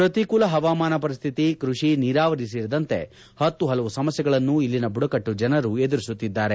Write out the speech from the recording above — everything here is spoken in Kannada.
ಪ್ರತಿಕೂಲ ಹವಾಮಾನ ಪರಿಸ್ವಿತಿ ಕೃಷಿ ನೀರಾವರಿ ಸೇರಿದಂತೆ ಹತ್ತು ಹಲವು ಸಮಸ್ಥೆಗಳನ್ನು ಇಲ್ಲಿನ ಬುಡಕಟ್ಟು ಜನರು ಎದುರಿಸುತ್ತಿದ್ದಾರೆ